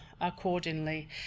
accordingly